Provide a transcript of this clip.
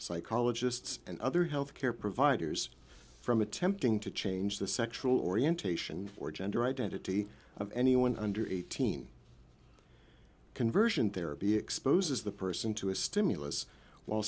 psychologists and other healthcare providers from attempting to change the sexual orientation or gender identity of anyone under eighteen conversion therapy exposes the person to a stimulus w